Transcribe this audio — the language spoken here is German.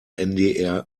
ndr